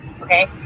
okay